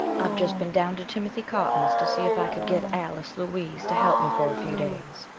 i've just been down to timothy cotton's to see if i could get alice louise to help me for a few days,